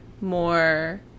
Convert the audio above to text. more